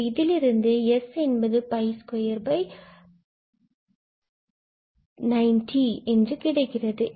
பின்பு இதிலிருந்து நமக்கு S 490 கிடைக்கிறது